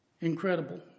Incredible